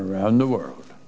around the world